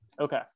okay